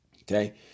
Okay